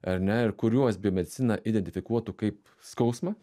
ar ne ir kuriuos biomedicina identifikuotų kaip skausmą